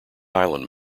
highland